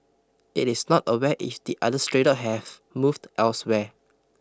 it is not aware if the other stray dog have moved elsewhere